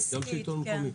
גם שלטון מקומי.